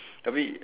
tapi